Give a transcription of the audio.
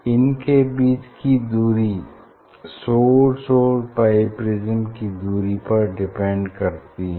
इनके बीच की दूरी सोर्स और बाईप्रिज्म की दूरी पर डिपेंड करती है